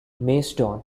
macedon